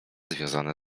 związane